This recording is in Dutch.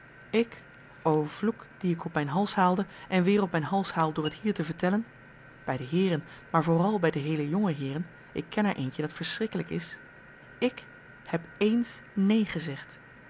zeggen ik o vloek dien ik op mijn hals haalde en weer op mijn hals haal door het hier te vertellen bij de heeren maar vooral bij de heele jonge heeren ik ken er eentje dat verschrikkelijk is ik heb ééns neen gezegd